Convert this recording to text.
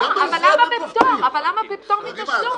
אין בזה --- אבל למה בפטור מתשלום?